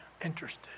interested